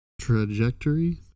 trajectory